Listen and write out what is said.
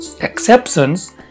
exceptions